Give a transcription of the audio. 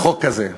לחוק כזה?